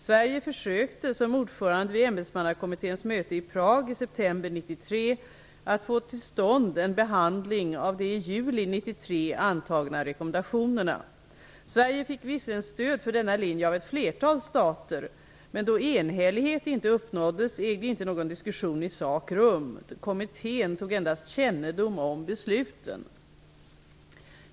Sverige försökte som ordförande vid ämbetsmannakommitténs möte i Prag i september 1993 att få till stånd en behandling av de i juli 1993 antagna rekommendationerna. Sverige fick visserligen stöd för denna linje av ett flertal stater, men då enhällighet inte uppnåddes ägde inte någon diskussion i sak rum. Kommittén tog endast kännedom om besluten.